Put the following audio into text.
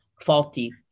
faulty